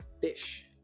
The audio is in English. fish